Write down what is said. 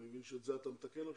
אני מבין שאת זה אתה מתקן עכשיו?